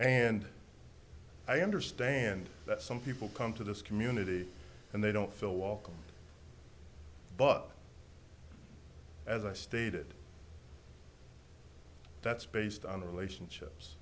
and i understand that some people come to this community and they don't feel welcome but as i stated that's based on the relationships